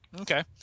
Okay